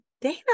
Dana